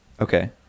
Okay